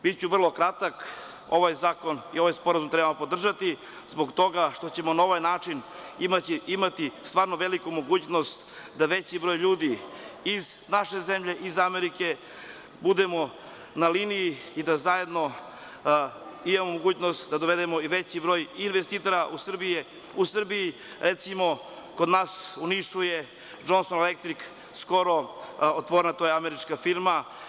Biću vrlo kratak, ovaj zakon i ovaj sporazum treba podržati zbog toga što ćemo na ovaj način imati stvarno veliku mogućnost da veći broj ljudi iz naše zemlje, iz Amerike budemo na liniji i da zajedno imamo mogućnost da dovedemo i veći broj investitora u Srbiju, recimo kod nas u Nišu je „Džonson elektrik“ skoro otvorena, to je američka firma.